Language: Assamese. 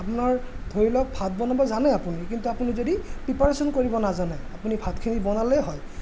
আপোনাৰ ধৰি লওক ভাত বনাব জানে আপুনি কিন্তু আপুনি যদি প্ৰিপাৰেশ্যন কৰিব নাজানে আপুনি ভাতখিনি বনালেই হয়